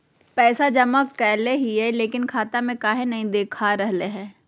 पैसा जमा कैले हिअई, लेकिन खाता में काहे नई देखा रहले हई?